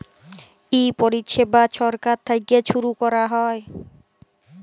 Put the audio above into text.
ই পরিছেবা ছরকার থ্যাইকে ছুরু ক্যরা হ্যয়